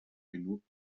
genug